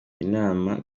inama